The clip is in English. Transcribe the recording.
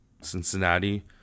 Cincinnati